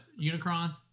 unicron